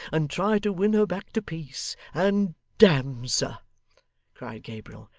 and try to win her back to peace. and damme, sir cried gabriel,